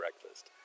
breakfast